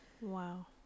Wow